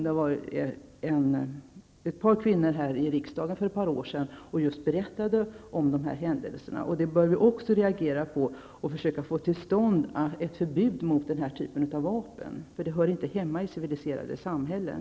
För ett par år sedan var det kvinnor här i riksdagen som just berättade om dessa händelser. Det bör vi reagera på, och vi måste försöka få till stånd ett förbud mot den typen av vapen. De hör inte hemma i civiliserade samhällen.